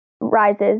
rises